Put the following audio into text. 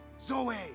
Zoe